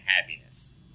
happiness